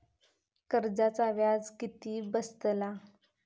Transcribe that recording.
कर्जाचा व्याज किती बसतला?